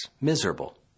miserable